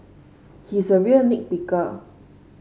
he is a real nit picker